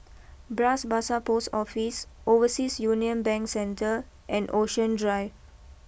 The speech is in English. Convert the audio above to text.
Bras Basah post Office Overseas Union Bank Centre and Ocean Drive